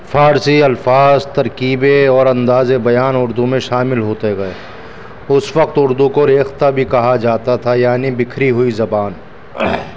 فارسی الفاظ ترکیبیں اور اندازے بیان اردو میں شامل ہوتے گئے اس وقت اردو کو ریختہ بھی کہا جاتا تھا یعنی بکھری ہوئی زبان